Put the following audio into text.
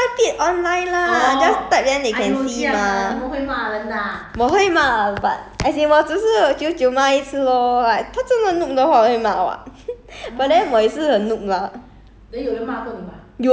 just type it online lah just type then they can see mah 我会骂 lah but as in 我只是久久骂一次 lor 他真的 noob 的话我会骂 [what]